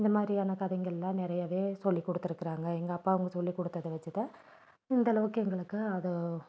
இந்த மாதிரியான கதைங்களெலாம் நிறையவே சொல்லிக் கொடுத்துருக்குறாங்க எங்கள் அப்பாங்கள் சொல்லிக் கொடுத்ததை வைச்சு தான் இந்த அளவுக்கு எங்களுக்கு அதை